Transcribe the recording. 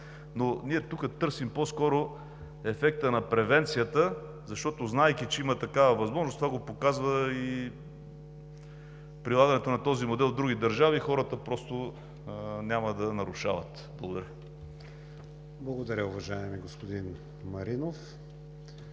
Ние тук търсим по-скоро ефекта на превенцията, защото, знаейки, че има такава възможност, това го показва и прилагането на този модел в други държави, хората просто няма да нарушават. Благодаря. ПРЕДСЕДАТЕЛ КРИСТИАН ВИГЕНИН: Благодаря, уважаеми господин Маринов.